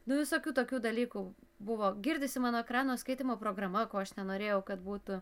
nu visokių tokių dalykų buvo girdisi mano ekrano skaitymo programa ko aš nenorėjau kad būtų